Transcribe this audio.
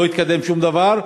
לא התקדם שום דבר,